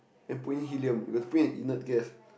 then put in helium you got to put in an inert gas